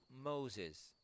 Moses